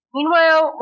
Meanwhile